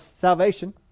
salvation